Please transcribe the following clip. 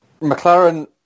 McLaren